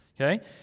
okay